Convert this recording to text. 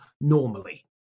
normally